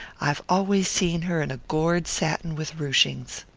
i've always seen her in a gored satin with rooshings.